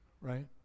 Right